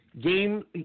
game